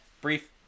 brief